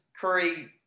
Curry